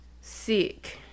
sick